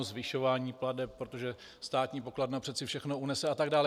Zvyšování plateb, protože státní pokladna přece všechno unese, atd.